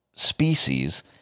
species